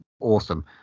awesome